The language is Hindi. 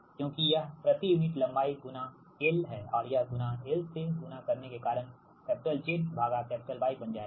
क्योंकि यह प्रति यूनिट लंबाई गुणा l है और यह l से गुना करने के कारण कैपिटल Z भागा कैपिटल Y बन जाएगा